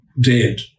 dead